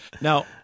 Now